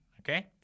Okay